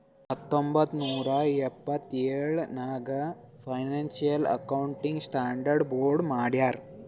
ಹತ್ತೊಂಬತ್ತ್ ನೂರಾ ಎಪ್ಪತ್ತೆಳ್ ನಾಗ್ ಫೈನಾನ್ಸಿಯಲ್ ಅಕೌಂಟಿಂಗ್ ಸ್ಟಾಂಡರ್ಡ್ ಬೋರ್ಡ್ ಮಾಡ್ಯಾರ್